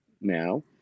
now